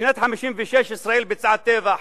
בשנת 1956 ישראל ביצעה טבח